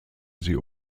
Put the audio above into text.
sie